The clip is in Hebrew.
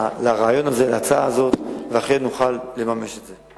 לרעיון הזה, להצעה הזאת, ואכן נוכל לממש את זה.